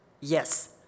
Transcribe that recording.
Yes